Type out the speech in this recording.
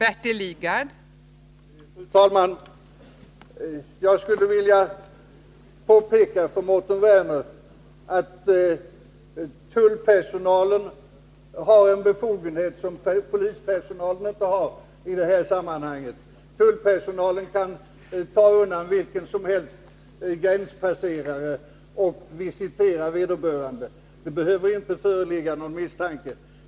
Fru talman! Jag skulle vilja påpeka för Mårten Werner att tullpersonalen har en befogenhet som polispersonalen inte har i det här sammanhanget. Tullpersonalen kan ta undan vilken gränspasserare som helst och visitera vederbörande. Det behöver inte föreligga någon misstanke.